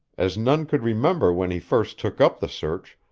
as none could remember when he first took up the search,